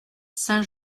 saint